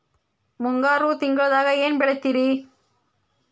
ಮುಂಗಾರು ತಿಂಗಳದಾಗ ಏನ್ ಬೆಳಿತಿರಿ?